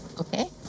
Okay